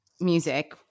music